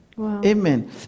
Amen